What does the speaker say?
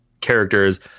characters